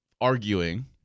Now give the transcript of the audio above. arguing